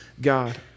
God